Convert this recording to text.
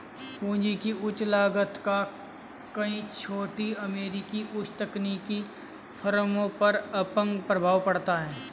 पूंजी की उच्च लागत का कई छोटी अमेरिकी उच्च तकनीकी फर्मों पर अपंग प्रभाव पड़ता है